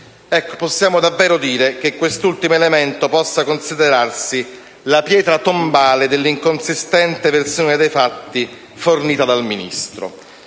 possiamo davvero dire che quest'ultimo elemento possa considerarsi la pietra tombale dell'inconsistente versione dei fatti fornita dal ministro